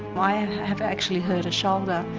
i ah have actually hurt a shoulder,